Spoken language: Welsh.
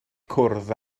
cwrdd